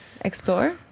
explore